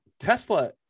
Tesla